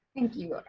thank you. ah